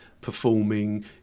performing